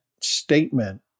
statement